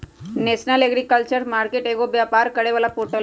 national agriculture market एगो व्यापार करे वाला पोर्टल हई